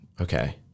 Okay